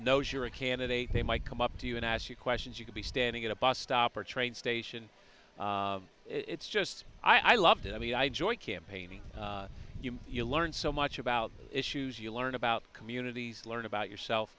knows you're a candidate they might come up to you and ask you questions you could be standing at a bus stop or train station it's just i loved it i mean i joined campaigning you know you learn so much about issues you learn about communities learn about yourself